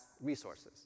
resources